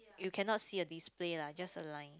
you cannot see a display lah just a line